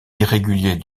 irrégulier